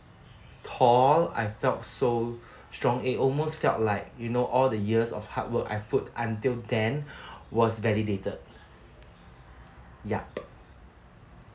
tall I felt so strong it almost felt like you know all the years of hardwork I put until then was validated ya